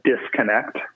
disconnect